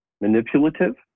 manipulative